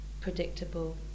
predictable